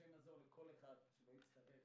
השם יעזור לכל אחד שלא יצטרך